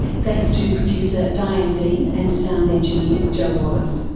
thanks to producer diane dean and sound engineer joe wallace.